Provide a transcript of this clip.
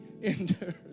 endures